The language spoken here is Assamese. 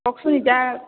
কওকচোন এতিয়া